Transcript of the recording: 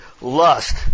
lust